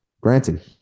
Granted